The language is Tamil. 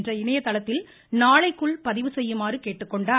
கொ என்ற இணையதளத்தில் நாளைக்குள் பதிவு செய்யுமாறு கேட்டுக்கொண்டார்